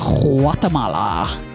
Guatemala